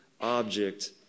object